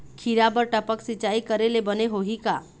खिरा बर टपक सिचाई करे ले बने होही का?